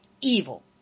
evil